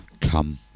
Come